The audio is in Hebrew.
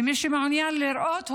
ומי שמעוניין לראות,